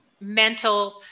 mental